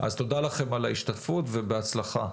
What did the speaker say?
תודה לכם על ההשתתפות ובהצלחה.